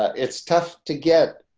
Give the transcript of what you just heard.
it's tough to get a,